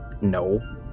No